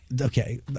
Okay